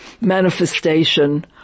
manifestation